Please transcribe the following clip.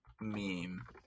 meme